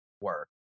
work